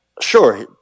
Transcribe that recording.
Sure